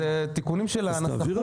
זה תיקונים של הנסחות,